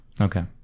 Okay